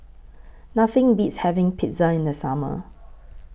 Nothing Beats having Pizza in The Summer